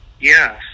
yes